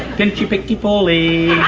pinchy picky pullyyy!